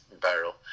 barrel